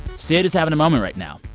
syd is having a moment right now.